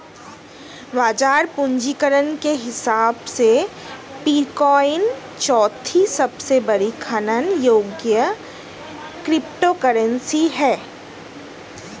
बाजार पूंजीकरण के हिसाब से पीरकॉइन चौथी सबसे बड़ी खनन योग्य क्रिप्टोकरेंसी है